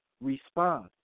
respond